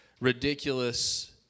Ridiculous